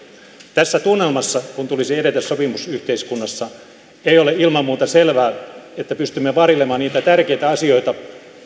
tässä tunnelmassa kun tulisi edetä sopimusyhteiskunnassa ei ole ilman muuta selvää että pystymme varjelemaan niitä tärkeitä asioita